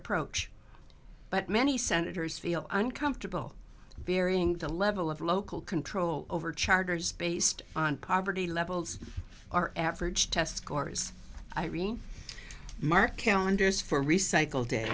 approach but many senators feel uncomfortable burying the level of local control over charters based on poverty levels our average test scores irene mark calendars for recycle